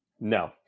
No